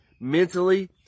mentally